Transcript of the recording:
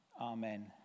Amen